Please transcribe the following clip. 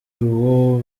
uwo